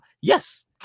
yes